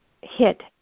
hit